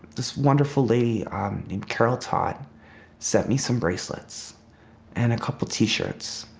this wonderful lady named carol todd sent me some bracelets and a couple of t-shirts,